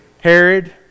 Herod